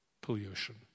pollution